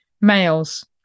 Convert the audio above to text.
Males